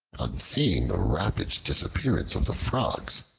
on seeing the rapid disappearance of the frogs,